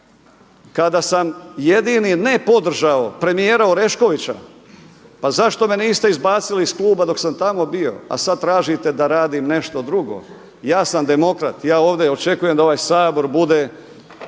kada sam jedini ne podržao premijera Oreškovića pa zašto me niste izbacili iz kluba dok sam tamo bio, a sad tražite da radim nešto drugo. Ja sam demokrat, ja ovdje očekujem da ovaj Sabor bude